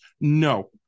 no